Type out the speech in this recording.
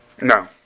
No